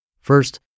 First